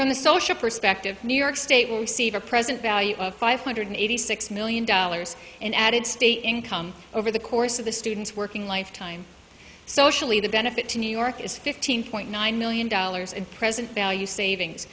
from a social perspective new york state will receive a present value of five hundred eighty six million dollars in added state income over the course of the students working lifetime socially the benefit to new york is fifteen point nine million dollars in present value savings